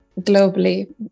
globally